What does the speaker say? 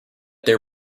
there